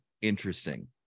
interesting